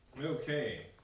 Okay